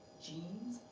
genes,